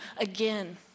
again